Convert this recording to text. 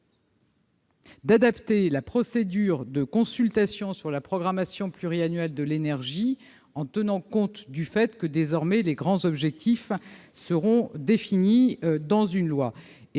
d'adapter la procédure de consultation sur la programmation pluriannuelle de l'énergie, la PPE, en tenant compte du fait que, désormais, les grands objectifs seront définis dans une loi.